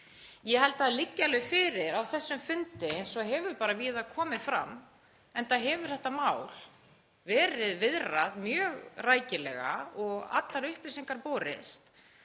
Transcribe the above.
Ég held að það liggi alveg fyrir, eins og hefur bara víða komið fram, enda hefur þetta mál verið viðrað mjög rækilega og allar upplýsingar borist,